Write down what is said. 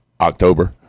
October